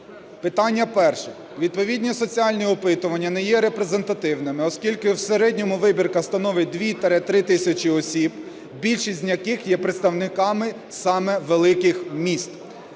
Питання перше. Відповідні соціальні опитування не є репрезентативними, оскільки в середньому вибірка становить 2-3 тисячі осіб, більшість з яких є представниками саме великих міст,